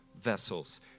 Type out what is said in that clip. vessels